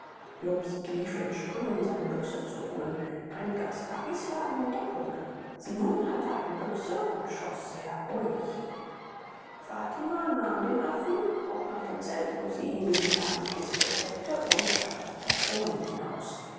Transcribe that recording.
jobst lief in sprüngen seine büchse zu holen einige askaris lagen in deckung simon hatte eine büchse und schoß sehr ruhig fatima nahm den affen kroch nach dem zelte wo sie ihn hinter eine kiste steckte und schaffte patronen hinaus